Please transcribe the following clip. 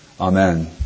Amen